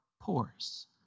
pores